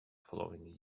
following